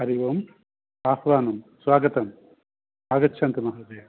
हरि ओम् आह्वानं स्वागतम् आगच्छन्तु महोदय